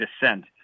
descent